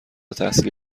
تحصیلی